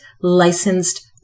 licensed